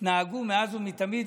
נהגו מאז ומתמיד,